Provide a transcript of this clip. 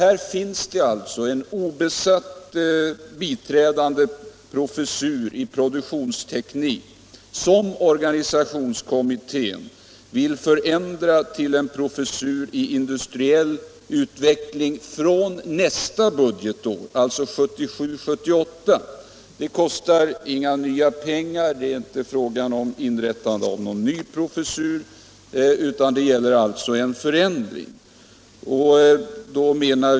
Här finns alltså en obesatt biträdande professur i produktionsteknik, som organisationskommittén vill förändra till en professur i industriell utveckling från nästa budgetår, alltså 1977/78. Det kostar inga nya pengar. Det är inte fråga om inrättande av någon ny professur, utan det gäller en förändring.